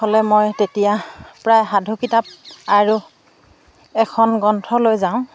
হ'লে মই তেতিয়া প্ৰায় সাধু কিতাপ আৰু এখন গ্ৰন্থলৈ যাওঁ